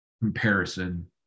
comparison